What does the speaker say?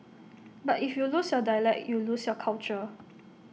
but if you lose your dialect you lose your culture